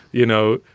you know,